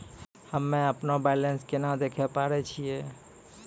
हम्मे अपनो बैलेंस केना देखे पारे छियै?